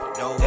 no